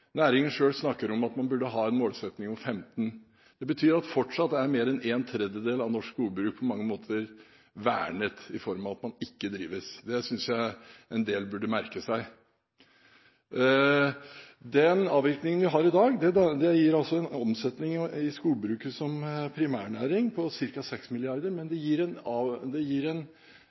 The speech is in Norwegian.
Næringen selv snakker om at man burde ha en målsetting om 15 mill. m3. Det betyr at fortsatt er mer enn en tredjedel av norsk skogbruk på mange måter vernet i form av at skogen ikke drives. Det synes jeg en del burde merke seg. Den avvirkningen vi har i dag, gir en omsetning i skogbruket som primærnæring på ca. 6 mrd. kr, men det gir en